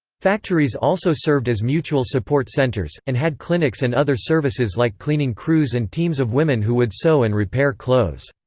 factories also served as mutual support centers, and had clinics and other services like cleaning crews and teams of women who would sew and repair clothes.